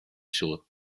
siŵr